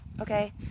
okay